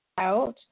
out